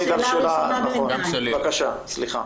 בבקשה, סליחה.